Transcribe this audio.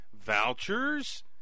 vouchers